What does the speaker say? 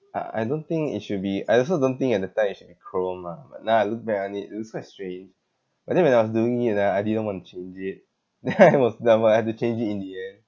I I don't think it should be I also don't think at that time it should be chromed ah but now I look back on it it looks quite strange but then when I was doing it ah I didn't want to change it then I was that I had to change it in the end